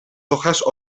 hojas